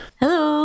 Hello